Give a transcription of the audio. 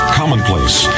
commonplace